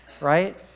Right